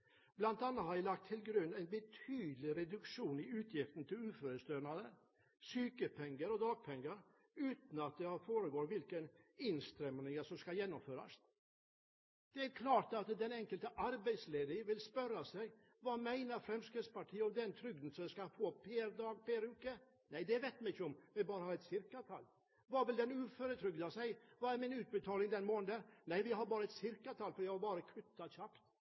annet har de lagt til grunn en betydelig reduksjon i utgiftene til uførestønader, sykepenger og dagpenger, uten at det fremgår hvilke innstramminger som skal gjennomføres. Det er klart at den enkelte arbeidsledige vil spørre seg: Hva mener Fremskrittspartiet om den trygden som jeg skal få per dag, per uke? Nei, det vet de ikke – det er bare et cirkatall. Den uføretrygdede vil si: Hva blir min utbetaling i denne måneden? Nei, det er bare et cirkatall, fordi vi bare har